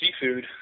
seafood